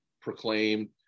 proclaimed